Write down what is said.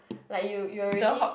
like you you already